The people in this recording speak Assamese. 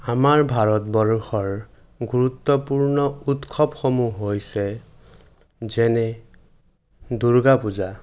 আমাৰ ভাৰতবৰ্ষৰ গুৰুত্বপূৰ্ণ উৎসৱসমূহ হৈছে যেনে দূৰ্গা পূজা